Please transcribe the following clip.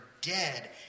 dead